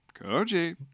Koji